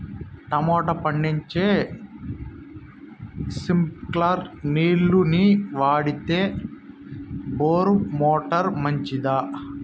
Tomato పండించేకి స్ప్రింక్లర్లు నీళ్ళ ని వాడితే మంచిదా బోరు మోటారు మంచిదా?